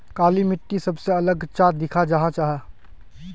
काली मिट्टी सबसे अलग चाँ दिखा जाहा जाहा?